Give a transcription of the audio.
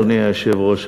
אדוני היושב-ראש,